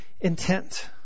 intent